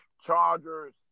Chargers